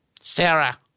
Sarah